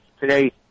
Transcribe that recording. today